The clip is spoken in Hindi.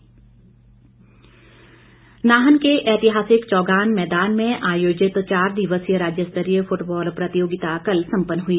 फुटबॉल नाहन के ऐतिहासिक चौगान मैदान में आयोजित चार दिवसीय राज्यस्तरीय फुटबॉल प्रतियोगिता कल सम्पन्न हुई